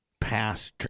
Past